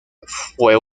fue